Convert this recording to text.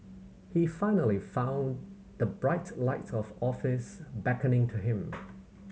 he finally found the bright light of office beckoning to him